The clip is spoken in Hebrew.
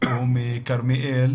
ומשעב ומכרמיאל.